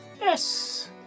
Yes